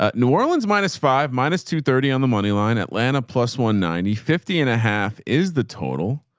ah new orleans, minus five, minus two thirty on the moneyline atlanta plus one ninety, fifty and a half is the total.